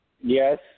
Yes